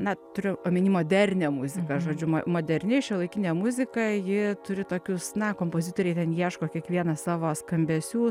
na turiu omeny modernią muziką žaidžiu mo moderni šiuolaikinė muzika ji turi tokius na kompozitoriai ten ieško kiekvienas savo skambesių